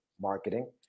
marketing